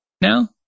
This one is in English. now